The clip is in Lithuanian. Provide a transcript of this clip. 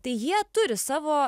tai jie turi savo